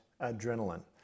adrenaline